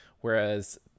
whereas